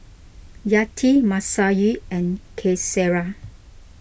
Yati Masayu and Qaisara